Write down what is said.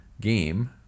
game